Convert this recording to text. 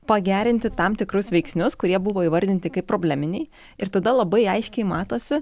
pagerinti tam tikrus veiksnius kurie buvo įvardinti kaip probleminiai ir tada labai aiškiai matosi